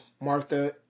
Martha